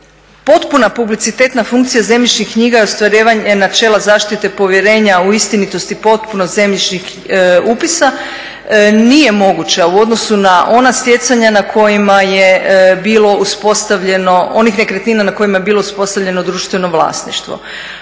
Potpuna publicitetna funkcija zemljišnih knjiga je ostvarivanje načela zaštite povjerenja u istinitost i postupnost zemljišnih upisa nije moguća u odnosu na ona stjecanja na kojima je bilo uspostavljeno, onih nekretnina na kojima je bilo uspostavljeno društveno vlasništvo